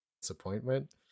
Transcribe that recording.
disappointment